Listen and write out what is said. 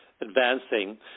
advancing